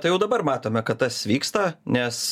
tai jau dabar matome kad tas vyksta nes